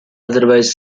otherwise